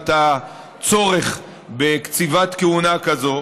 את הצורך בקציבת כהונה כזו.